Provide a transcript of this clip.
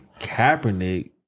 Kaepernick